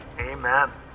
Amen